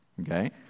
Okay